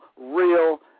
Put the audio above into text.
real